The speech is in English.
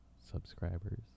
subscribers